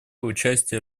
участие